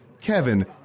kevin